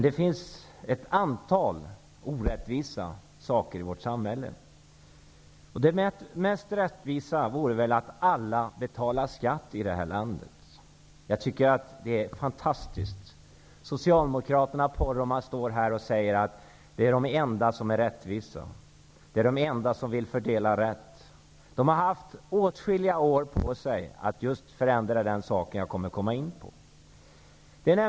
Det finns dock ett antal orättvisa saker i vårt samhälle. Det mest rättvisa vore väl att alla betalar skatt i detta land. Det är fantastiskt att Bruno Poromaa säger här att Socialdemokraterna är de enda som är rättvisa och de enda som vill fördela rätt. De har haft åtskilliga år på sig för att just förändra den sak som jag tänker komma in på.